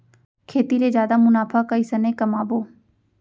खेती ले जादा मुनाफा कइसने कमाबो?